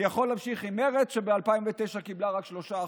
אני יכול להמשיך עם מרצ, שב-2009 קיבלה רק 3%,